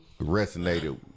resonated